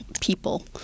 people